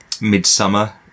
midsummer